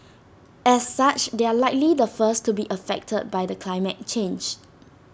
as such they are likely the first to be affected by the climate change